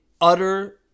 utter